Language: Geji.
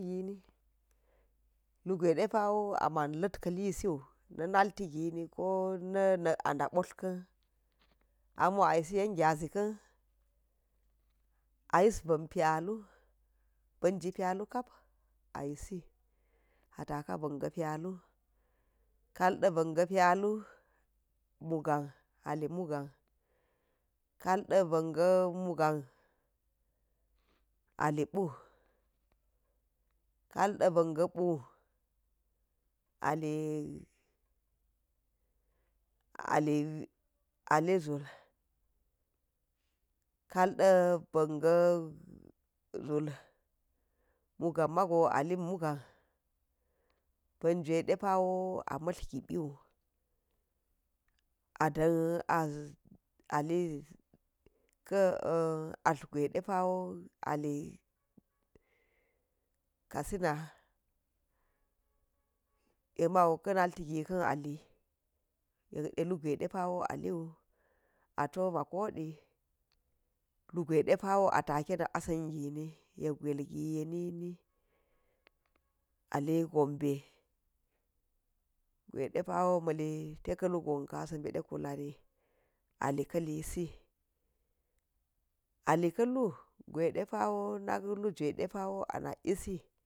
Gini, lugwa̱i ɗepa̱wo ama̱n la̱t kalisigu na̱ nalti gini ko na̱ na̱k aɗa̱ botla̱rka̱n amo ayisi yen gyazi ka̱n ayis ba̱n pyalu, ba̱nji pyalu kap ayisi, ata̱ka̱ ba̱nji pyalu kalɗa banji pyalu muga̱n ali muga̱n, ka̱lla̱ ba̱n ga̱ muga̱nali puu ka̱lla̱ ba̱n ga̱ puu, ali, ali ali zull, kalɗa banga̱ zull muga̱n ma̱go ali muga̱n, ba̱n jwai ɗepa̱wo a mtlar gipiu, ada̱na a ka atlar gwa̱i ɗepa̱wo ali katsina, yek ma̱u ka̱ na̱lti gaka̱n ali, yekɗe lugwai ɗepa̱wo aliu ato makordi, lugwai wa̱iɗepa̱ a take na asangini yek ga̱ailgi yenini, a li gombe gwadepawo ma̱li teka̱lu gonka̱ asa̱ beɗe kunari, ali ka̱lisi al ka̱lu gwaiɗepawo nak lujwai ɗepa̱wo anak isi.